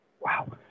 wow